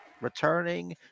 Returning